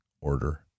order